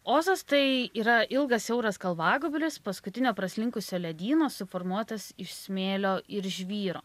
ozas tai yra ilgas siauras kalvagūbris paskutinio praslinkusio ledyno suformuotas iš smėlio ir žvyro